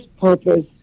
purpose